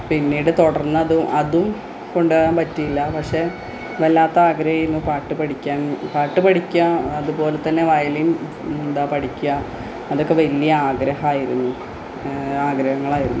പിന്നീട് തുടര്ന്നത് അതും കൊണ്ടുപോകാന് പറ്റിയില്ല പക്ഷേ വല്ലാത്ത ആഗ്രഹമായിരുന്നു പാട്ട് പഠിക്കാന് പാട്ട് പഠിക്കുക അതുപോലെതന്നെ വയലിന് എന്താണ് പഠിക്കുക അതൊക്കെ വലിയ ആഗ്രഹമായിരുന്നു ആഗ്രഹങ്ങളായിരുന്നു